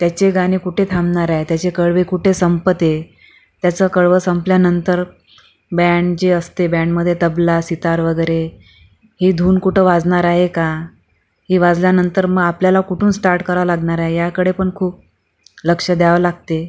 त्याचे गाणे कुठे थांबणार आहे त्याचे कडवे कुठे संपते त्याचं कडवं संपल्यानंतर बँड जे असते बँडमध्ये तबला सितार वगैरे ही धून कुठं वाजणार आहे ही वाजल्यानंतर मग आपल्याला कुटून स्टार्ट करावं लागणार आहे याकडे पण खूप लक्ष द्यावं लागते